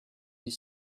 his